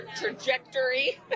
trajectory